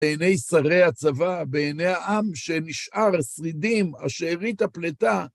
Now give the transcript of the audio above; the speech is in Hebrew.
בעיני שרי הצבא, בעיני העם, שנשאר השרידים, שארית הפלטה.